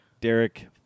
Derek